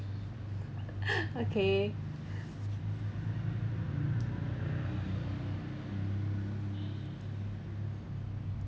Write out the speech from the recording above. okay